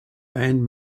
band